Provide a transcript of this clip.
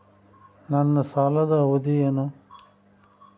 ನನ್ನ ಸಾಲದ ಅವಧಿ ಏನು?